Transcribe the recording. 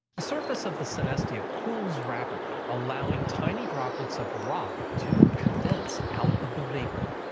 the surface of the synestia cools rapidly, allowing tiny droplets of rock to condense out of the vapor.